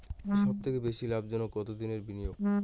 সবথেকে বেশি লাভজনক কতদিনের বিনিয়োগ?